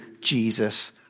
Jesus